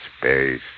space